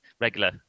regular